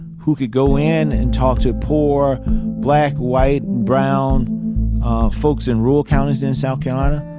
who could go in and talk to poor black, white and brown folks in rural counties in south carolina,